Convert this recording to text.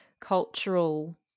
cultural